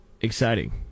exciting